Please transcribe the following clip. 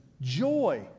joy